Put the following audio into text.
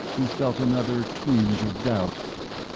he felt another twinge of doubt.